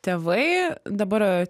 tėvai dabar